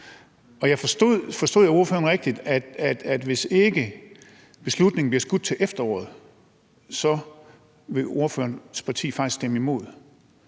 for det. Forstod jeg ordføreren rigtigt, at hvis ikke beslutningen bliver skudt til efteråret, så vil ordførerens parti faktisk stemme imod,